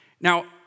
Now